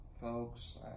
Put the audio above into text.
folks